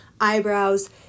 eyebrows